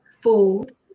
food